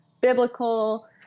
biblical